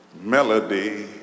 melody